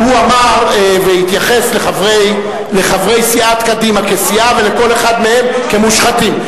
הוא אמר והתייחס לחברי סיעת קדימה כסיעה ולכל אחד מהם כמושחתים.